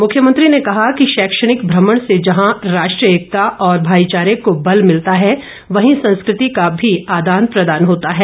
मुख्यमंत्री ने कहा कि शैक्षणिक भ्रमण से जहां राष्ट्रीय एकता और भाई चारे को बल मिलता है वहीं संस्कृति का भी आदान प्रदान होता है